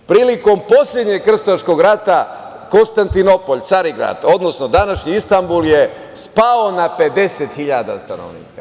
Prilikom poslednjeg krstaškog rata, Konstantinopolj, Carigrad, odnosno današnji Istambul je spao na 50 hiljada stanovnika.